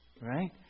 Right